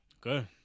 Good